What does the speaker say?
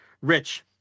Rich